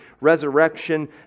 resurrection